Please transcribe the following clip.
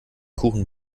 kuchen